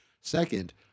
Second